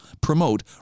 promote